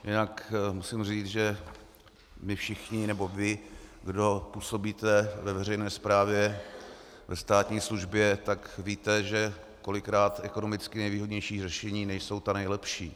Jinak musím říct, že my všichni, nebo vy, kdo působíte ve veřejné správě, ve státní službě, tak víte, že kolikrát ekonomicky nejvýhodnější řešení nejsou ta nejlepší.